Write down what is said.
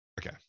Okay